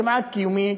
כמעט קיומית,